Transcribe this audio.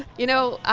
you know,